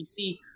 PC